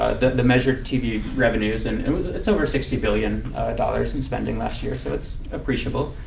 ah the the measured tv revenues. and it's over sixty billion dollars in spending last year. so it's appreciable.